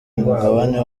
mugabane